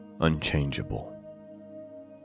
unchangeable